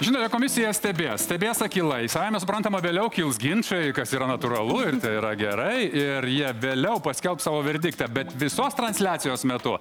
žinoma komisija stebės stebės akylai savaime suprantama vėliau kils ginčai kas yra natūralu ir tai yra gerai ir jie vėliau paskelbs savo verdiktą bet visos transliacijos metu